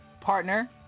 partner